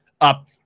up